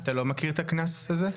אתה לא מכיר את הקנס הזה?